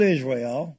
Israel